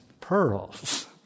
pearls